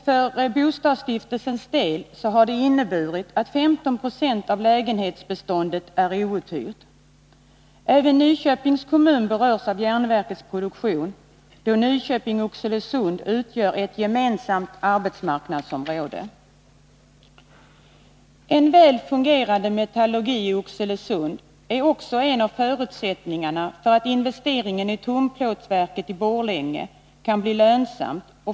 För bostadsstiftelsens del har det inneburit att 15 20 av lägenhetsbeståndet är outhyrt. Även Nyköpings kommun berörs av järnverkets produktion, då Nyköping och Oxelösund utgör ett gemensamt arbetsmarknadsområde. En väl fungerande metallurgi i Oxelösund är också en av förutsättningarna för att investeringen i tunnplåtsverket i Borlänge skall bli lönsamt.